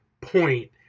point